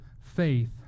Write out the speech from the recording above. faith